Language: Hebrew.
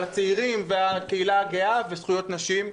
על הצעירים והקהילה הגאה וזכויות נשים,